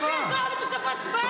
מה זה יעזור לי בסוף ההצבעה?